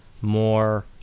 more